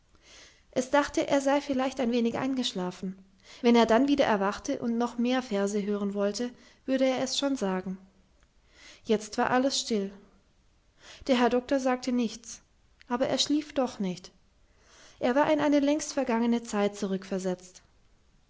es dachte er sei vielleicht ein wenig eingeschlafen wenn er dann wieder erwachte und noch mehr verse hören wollte würde er es schon sagen jetzt war alles still der herr doktor sagte nichts aber er schlief doch nicht er war in eine längst vergangene zeit zurückversetzt